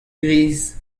gris